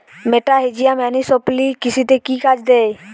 মেটাহিজিয়াম anisopliae কৃষিতে কি কাজে দেয়?